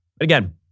Again